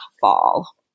fall